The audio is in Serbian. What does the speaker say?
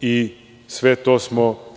i sve to smo